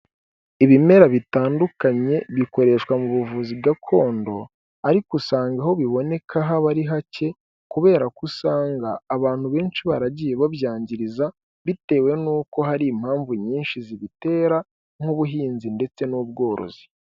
Ibimera bitandukanye bikoreshwa mu buvuzi gakondo, ariko usanga aho biboneka haba ari hake kubera ko usanga abantu benshi baragiye babyangiza, bitewe n'uko hari impamvu nyinshi zibitera nk'ubuhinzi ndetse n'ubworozi.